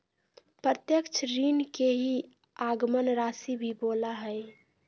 प्रत्यक्ष ऋण के ही आगमन राशी भी बोला हइ